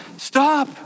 Stop